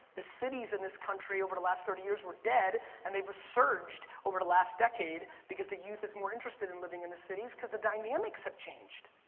the cities in this country over the last thirty years were dead and they resurged over the last decade because the youth is more interested in living in the cities because the dynamics have changed.